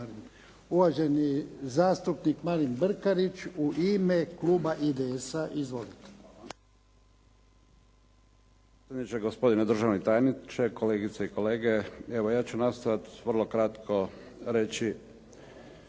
Uvaženi zastupnik Marin Brkarić, u ime kluba IDS-a. Izvolite.